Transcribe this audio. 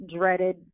dreaded